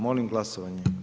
Molim glasovanje.